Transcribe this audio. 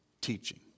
teaching